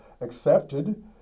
accepted